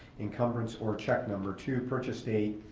encumbrance, or check number to purchase date.